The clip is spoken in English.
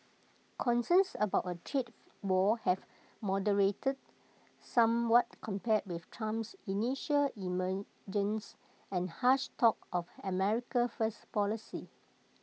concerns about A trade war have moderated somewhat compared with Trump's initial emergence and harsh talk of America First policy